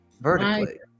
vertically